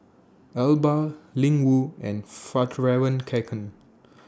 Alba Ling Wu and Fjallraven Kanken